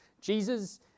Jesus